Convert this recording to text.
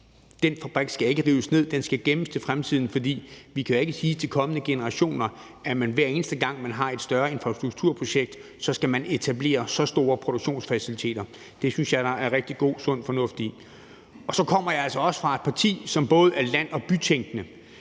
Den fabrik skal ikke rives ned, den skal gemmes til fremtiden, for vi kan jo ikke sige til kommende generationer, at man, hver eneste gang man har et større infrastrukturprojekt, så skal etablere så store produktionsfaciliteter. Det synes jeg er sund fornuft. Så kommer jeg altså også fra et parti, som både er land- og bytænkende.